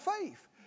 faith